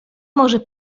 może